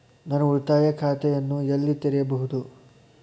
ನಾನು ಉಳಿತಾಯ ಖಾತೆಯನ್ನು ಎಲ್ಲಿ ತೆರೆಯಬಹುದು?